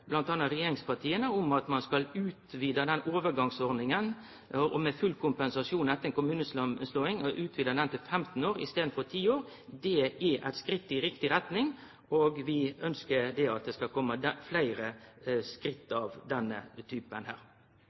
regjeringspartia, om at ein skal utvide den overgangsordninga med full kompensasjon etter ei kommunesamanslåing til 15 år i staden for 10 år, er eit skritt i riktig retning, og vi ønskjer at det skal komme fleire skritt av denne typen.